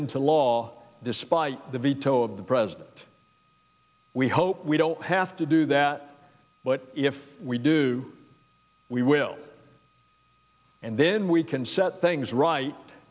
into law despite the veto of the president we hope we don't have to do that but if we do we will and then we can set things right